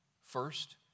First